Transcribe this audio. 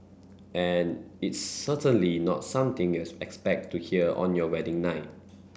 and it's certainly not something you'd expect to hear on your wedding night